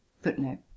footnote